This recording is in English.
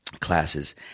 classes